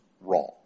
wrong